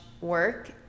work